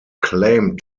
claimed